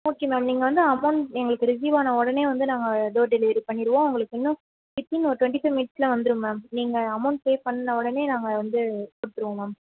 okay ma'am நீங்கள் வந்து amount எங்களுக்கு ரிசிவ்வான உடனே வந்து நாங்கள் டோர் டெலிவரி பண்ணிடுவோம் உங்களுக்கு இன்னும் வித் இன் ஒரு டொண்ட்டி ஃபை மினிட்ஸ்சில் வந்துடும் மேம் நீங்கள் அமௌண்ட் பே பண்ண உடனே நாங்கள் வந்து கொடுத்துருவோம் மேம்